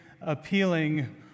appealing